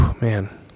man